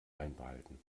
einbehalten